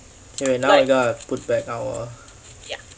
eh wait now we gotta put back our